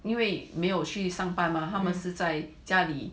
因为没有去上班吗他们是在家里